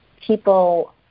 people